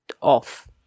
off